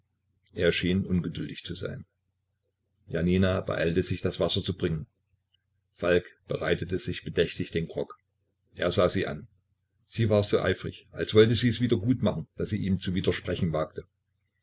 er schien ungeduldig zu sein janina beeilte sich das wasser zu bringen falk bereitete sich bedächtig den grog er sah sie an sie war so eifrig als wollte sies wieder gut machen daß sie ihm zu widersprechen wagte